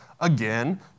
Again